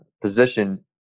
position